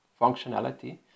functionality